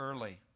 early